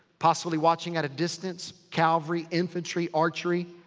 possibly watching at a distance. calvary. infantry. archery.